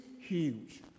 huge